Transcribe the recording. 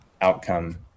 outcome